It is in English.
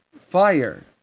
Fire